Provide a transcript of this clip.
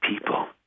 people